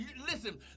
Listen